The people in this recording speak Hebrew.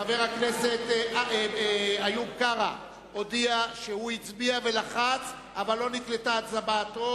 חבר כנסת איוב קרא הודיע שהוא הצביע ולחץ אבל לא נקלטה הצבעתו.